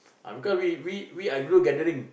ah because we we we are group gathering